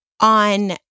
on